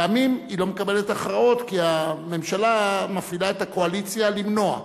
פעמים היא לא מקבלת הכרעות כי הממשלה מפעילה את הקואליציה למנוע אותן.